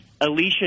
Alicia